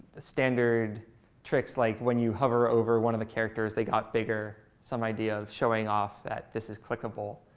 standard tricks, like when you hover over one of the characters, they got bigger, some idea of showing off that this is clickable,